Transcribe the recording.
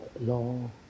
long